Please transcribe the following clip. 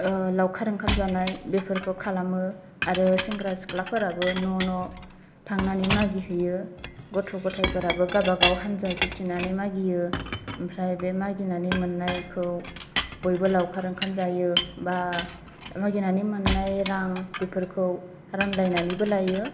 लाउखार ओंखाम जानाय बेफोरखौ खालामो आरो सेंग्रा सिख्ला फोराबो न' न' थांनानै मागि हैयो गथ' गथायफोरआबो गाबा गाव हान्जा जुथिनानै मागियो ओमफ्राय बे मागिनानै मोननाय खौ बयबो लावखार ओंखाम जायो बा मागिनानै मोननाय रां बेफोरखौ रानलायनानैबो लायो